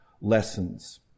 lessons